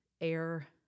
air